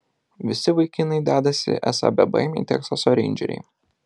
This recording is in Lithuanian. visi vaikinai dedasi esą bebaimiai teksaso reindžeriai